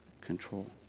control